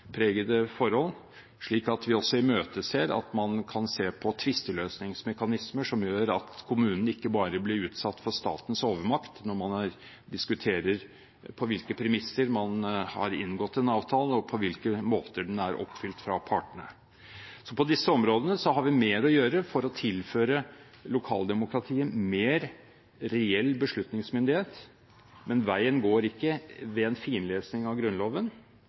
forhold, så vi imøteser at man kan se på tvisteløsningsmekanismer som gjør at kommunen ikke bare blir utsatt for statens overmakt når man diskuterer på hvilke premisser man har inngått en avtale, og på hvilken måte den er oppfylt av partene. På disse områdene har vi mer å gjøre for å tilføre lokaldemokratiet mer reell beslutningsmyndighet, men veien går ikke ved en finlesing av Grunnloven,